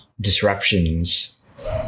disruptions